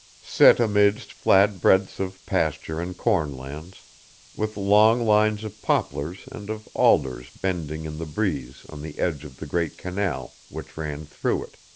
set amidst flat breadths of pasture and corn-lands, with long lines of poplars and of alders bending in the breeze on the edge of the great canal which ran through it.